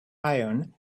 iron